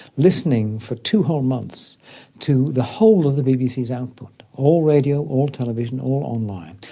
listening for two whole months to the whole of the bbc's output, all radio, all television, all online,